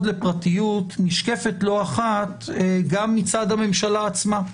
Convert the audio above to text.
לפרטיות נשקפת לא אחת גם מצד הממשלה עצמה.